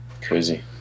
crazy